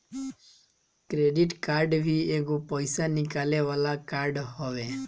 credit card भी एगो पईसा निकाले वाला कार्ड हवे